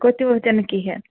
گوٚو تِمو تہِ نہٕ کِہیٖنۍ